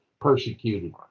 persecuted